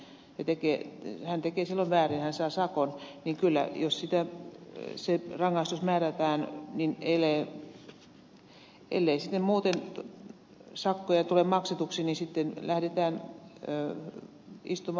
jos ihminen tekee väärin ja hän saa sakon niin kyllä jos se rangaistus määrätään niin ellei sitten muuten sakkoja tule maksetuksi sitten lähdetään istumaan se vankilaan